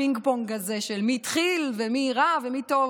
הפינג-פונג הזה של מי התחיל ומי רע ומי טוב.